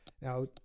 Now